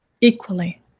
equally